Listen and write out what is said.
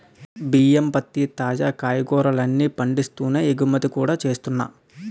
బియ్యం, పత్తి, తాజా కాయగూరల్ని పండిస్తూనే ఎగుమతి కూడా చేస్తున్నా